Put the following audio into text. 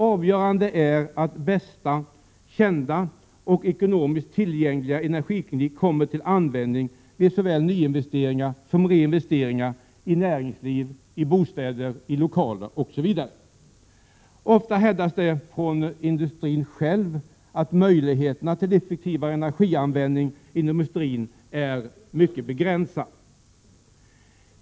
Avgörande är att bästa kända och ekonomiskt tillgängliga energiteknik kommer till användning vid såväl nyinvesteringar som reinvesteringar inom näringslivet, i bostäder, lokaler osv. Ofta hävdas det från industrin själv att möjligheterna till effektivare energianvändning inom industrin är mycket begränsade.